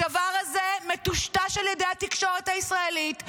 הדבר הזה מטושטש על ידי התקשורת הישראלית.